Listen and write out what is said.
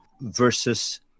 versus